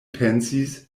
pensis